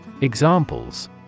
Examples